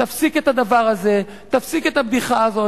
תפסיק את הדבר הזה, תפסיק את הבדיחה הזאת.